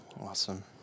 Awesome